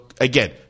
again